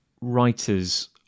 writers